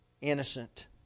innocent